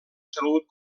salut